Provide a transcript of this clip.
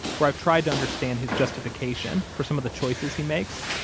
where i've tried to understand his justification for some of the choices he makes.